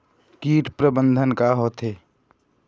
कीट प्रबंधन का होथे?